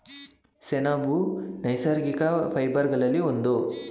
ಸೆಣಬು ನೈಸರ್ಗಿಕ ಫೈಬರ್ ಗಳಲ್ಲಿ ಒಂದು